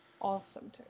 Awesome